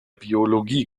biologie